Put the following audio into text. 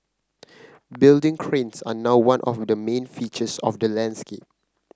building cranes are now one of the main features of the landscape